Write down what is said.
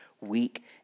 weak